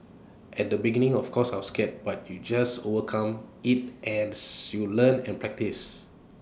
at the beginning of course I was scared but you just overcome IT as you learn and practice